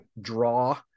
draw